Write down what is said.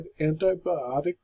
antibiotic